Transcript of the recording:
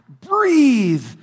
breathe